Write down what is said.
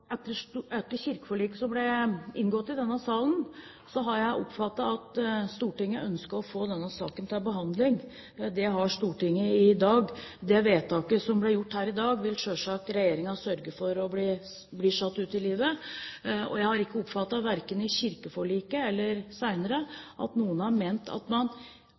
Etter kirkeforliket som ble inngått i denne salen, har jeg oppfattet at Stortinget ønsket å få denne saken til behandling. Det har Stortinget i dag. Det vedtaket som blir gjort her i dag, vil regjeringen selvfølgelig sørge for blir satt ut i livet. Jeg har ikke oppfattet verken i kirkeforliket eller senere at noen har ment at regjering og storting ikke skal ha selvstendig ansvar for denne saken. Det gjelder både lokaliseringen og måten man